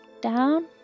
down